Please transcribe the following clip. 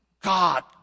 God